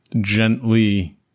gently